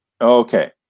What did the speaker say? okay